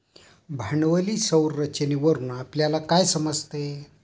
भांडवली संरचनेवरून आपल्याला काय समजते?